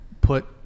put